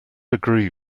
agree